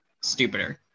stupider